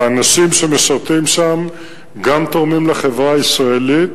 ואנשים שמשרתים שם גם תורמים לחברה הישראלית